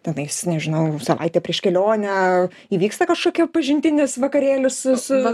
tenais nežinau savaitę prieš kelionę įvyksta kažkokia pažintinis vakarėlis su